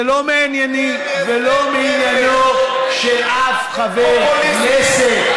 זה לא מענייני ולא מעניינו של אף חבר כנסת,